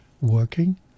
working